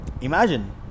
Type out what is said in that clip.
Imagine